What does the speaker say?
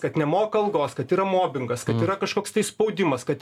kad nemoka algos kad yra mobingas kad yra kažkoks tai spaudimas kad